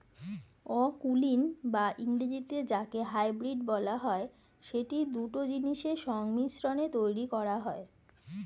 অকুলীন বা ইংরেজিতে যাকে হাইব্রিড বলা হয়, সেটি দুটো জিনিসের সংমিশ্রণে তৈরী করা হয়